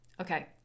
Okay